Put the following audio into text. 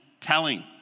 telling